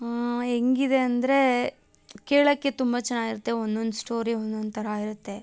ಹೆಂಗಿದೆ ಅಂದರೆ ಕೇಳೋಕ್ಕೆ ತುಂಬ ಚೆನ್ನಾಗಿರುತ್ತೆ ಒಂದು ಒಂದು ಸ್ಟೋರಿ ಒಂದು ಒಂದು ಥರ ಇರುತ್ತೆ